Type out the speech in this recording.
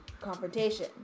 confrontation